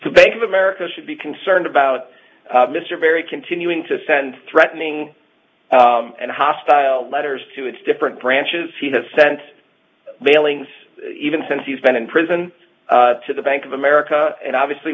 was bank of america should be concerned about mr barry continuing to send threatening and hostile letters to its different branches he has sent mailings even since he's been in prison to the bank of america and obviously